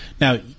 Now